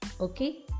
okay